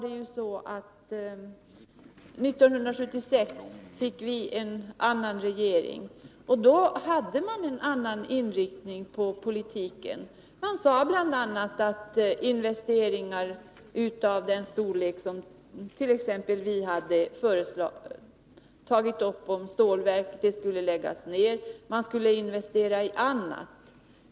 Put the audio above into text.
1976 fick vi dock en annan regering med en annan inriktning på politiken. Man sade bl.a. att investeringar av den storlek vi hade tagit i fråga om stålverket inte kunde fullföljas. Man skulle investera i annat.